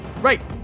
right